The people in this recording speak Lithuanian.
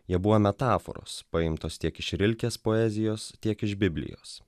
jie buvo metaforos paimtos tiek iš rilkės poezijos tiek iš biblijos